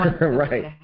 right